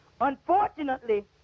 Unfortunately